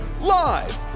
live